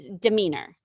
demeanor